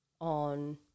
on